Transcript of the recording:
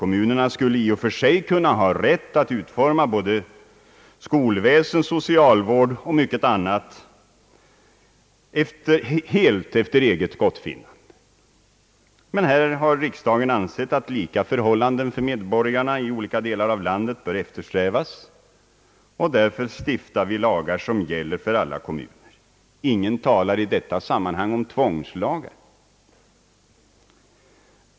Kommunerna skulle i och för sig kunna ha rätt att utforma både skolväsen, socialvård och mycket annat helt efter eget gottfinnande, men här har riksdagen ansett att lika förhållanden för medborgarna i olika delar av landet bör eftersträvas och därför stiftar vi lagar som gäller för alla kommuner. Ingen talar i detta sammanhang om tvångslagar.